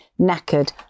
knackered